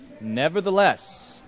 Nevertheless